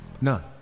None